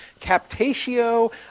Captatio